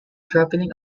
travelling